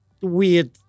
weird